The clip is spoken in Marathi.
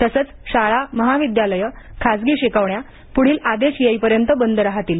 तसंच शाळा महाविद्यालये खासगी शिकवण्या पुढील आदेश येईपर्यंत बद राहतील